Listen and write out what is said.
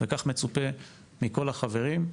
וכך מצופה מכל החברים.